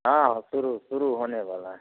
हाँ हाँ शुरू शुरू होने वाला है